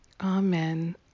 Amen